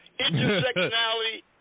Intersectionality